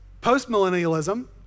post-millennialism